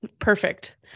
Perfect